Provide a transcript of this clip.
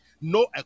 No